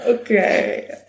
Okay